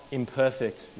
imperfect